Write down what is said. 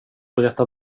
berätta